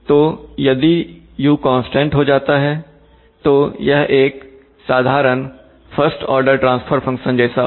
तो यदि u constant हो जाता है तो यह एक साधारण फर्स्ट ऑर्डर ट्रांसफर फंक्शन जैसा होगा